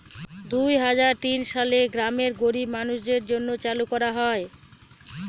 দুই হাজার তিন সালে গ্রামের গরীব মানুষদের জন্য চালু করা হয়